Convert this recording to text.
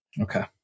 Okay